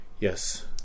yes